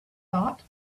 thought